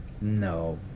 No